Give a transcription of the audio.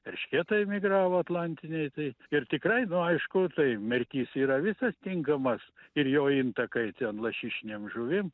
erškėtai migravo atlantiniai tai ir tikrai nu aišku tai merkys yra visas tinkamas ir jo intakai ten lašišinėm žuvim